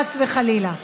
חס וחלילה.